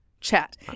chat